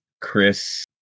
Chris